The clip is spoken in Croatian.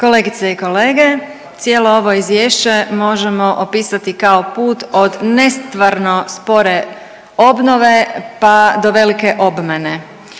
Kolegice i kolege, cijelo ovo izvješće možemo opisati kao put od nestvarno spore obnove, pa do velike obmane.